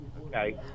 okay